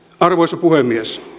arvoisa puhemies